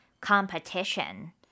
competition